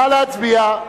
נא להצביע.